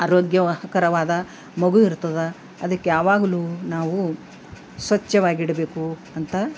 ಆರೋಗ್ಯಕರವಾದ ಮಗು ಇರ್ತದೆ ಅದಕ್ಕೆ ಯಾವಾಗಲು ನಾವು ಸ್ವಚ್ಚವಾಗಿಡ್ಬೇಕು ಅಂತ